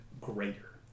greater